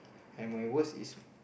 and my worst is